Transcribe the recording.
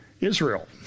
Israel